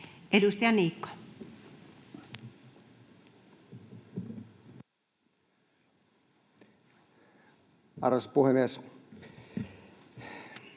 Edustaja Mäkelä. Arvoisa puhemies!